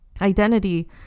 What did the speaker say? identity